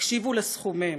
תקשיבו לסכומים: